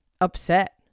upset